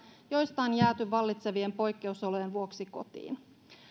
joista on jääty vallitsevien poikkeusolojen vuoksi kotiin